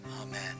amen